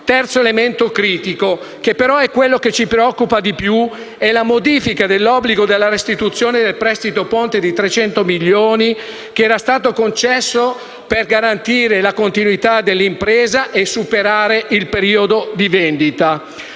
terzo elemento critico, che è quello che ci preoccupa di più, è la modifica dell'obbligo della restituzione del prestito ponte di 300 milioni, che era stato concesso per garantire la continuità dell'impresa e superare il periodo di vendita.